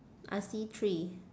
I see three